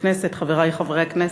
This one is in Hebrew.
חברי חברי הכנסת,